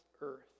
earth